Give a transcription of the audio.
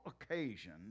occasion